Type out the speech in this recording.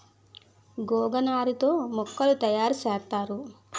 గోగనార తో మోకులు తయారు సేత్తారు